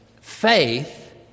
Faith